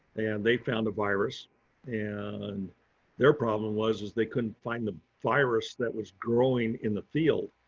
and they found a virus and their problem was, is they couldn't find the virus that was growing in the field.